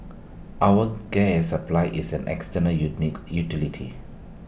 our gas supply is an utility